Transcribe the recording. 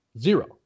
Zero